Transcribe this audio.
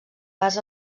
pas